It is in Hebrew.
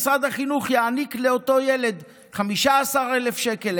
משרד החינוך יעניק לאותו ילד 15,000 שקל,